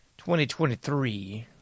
2023